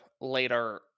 later